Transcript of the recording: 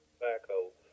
backhoe